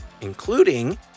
including